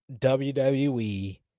WWE